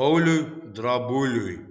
pauliui drabuliui